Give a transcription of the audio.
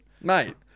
Mate